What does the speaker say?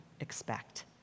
expect